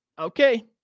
Okay